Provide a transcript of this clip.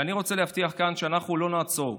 ואני רוצה להבטיח כאן שאנחנו לא נעצור.